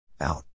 Out